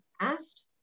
asked